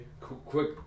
Quick